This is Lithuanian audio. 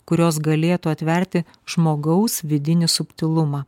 kurios galėtų atverti žmogaus vidinį subtilumą